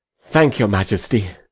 thank your majesty.